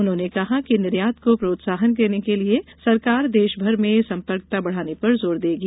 उन्होंने कहा कि निर्यात को प्रोत्साहन के लिये सरकार देशभर में संपर्कता बढ़ाने पर जोर देगी